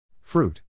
Fruit